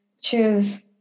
choose